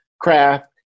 craft